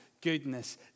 goodness